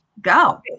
go